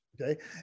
Okay